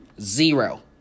Zero